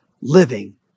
living